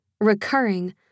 recurring